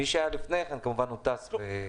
מי שהיה לפני, כמובן הוא טס.